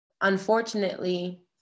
unfortunately